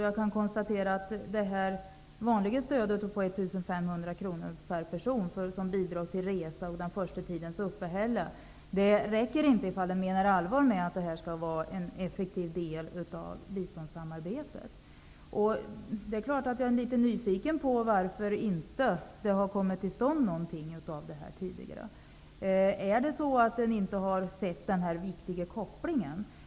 Jag kan konstatera att det vanliga stödet på 1 500 kr per person som bidrag till resan och den första tidens uppehälle inte räcker ifall man menar allvar med att detta skall vara en effektiv del av biståndssamarbetet. Det är klart att jag är litet nyfiken på varför det inte har kommit till stånd någonting annat. Har man inte sett denna viktiga koppling?